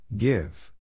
Give